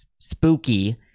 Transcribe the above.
spooky